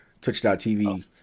Touch.tv